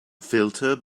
filter